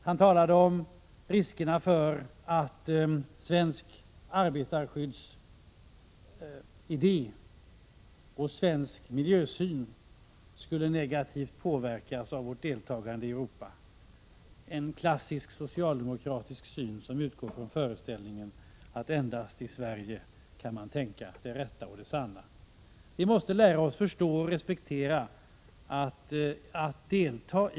Han talade om riskerna för att svensk arbetarskyddsidé och svensk miljösyn skulle negativt påverkas av vårt deltagande i Europa — en klassisk socialdemokratisk syn, som utgår från föreställningen att endast i Sverige kan man tänka det rätta och det sanna. Vi måste lära oss förstå och respektera att deltagandet i utrikeshandel och = Prot.